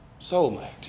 soulmate